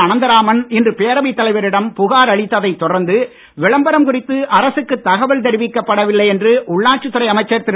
அனந்தராமன் இன்று பேரவைத் தலைவரிடம் புகார் அளித்ததைத் தொடர்ந்து விளம்பரம் குறித்து அரசுக்குத் தகவல் தெரிவிக்கப் படவில்லை என்று உள்ளாட்சித் துறை அமைச்சர் திரு